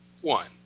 one